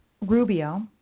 Rubio